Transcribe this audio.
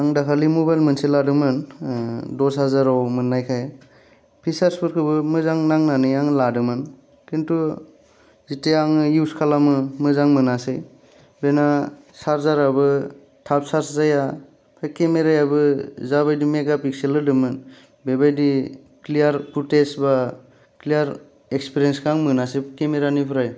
आं दाखालि मबाइल मोनसे लादों मोन दस हाजाराव मोननाय खाय फिसार्ज फोरखौ मोजां नांनानै आं लादों मोन खिन्थु जुदि आं इउस खालामो मोजां मोनासै बेना चार्जाराबो थाम चार्ज जाया बेक केमेरायाबो जा बायदि मेगा पिक्सेल होदोंमोन बे बाइदि क्लियार पुथेस बा क्लियार इक्सफिरिइनसखौ मोनासै आं केमेरानिफ्राय